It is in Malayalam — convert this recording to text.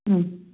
മ്മ്